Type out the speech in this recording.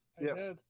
Yes